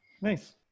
Nice